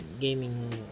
gaming